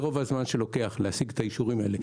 רוב הזמן לוקח להשיג את האישורים האלה.